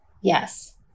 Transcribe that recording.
Yes